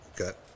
Okay